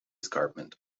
escarpment